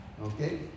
Okay